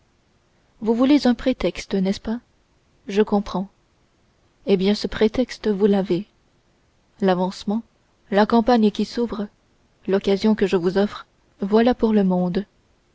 vous voulez un prétexte n'est-ce pas je comprends eh bien ce prétexte vous l'avez l'avancement la campagne qui s'ouvre l'occasion que je vous offre voilà pour le monde